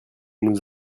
nous